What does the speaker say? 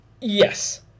yes